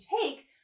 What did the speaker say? take